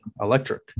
electric